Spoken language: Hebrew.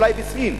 אולי סין,